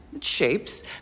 shapes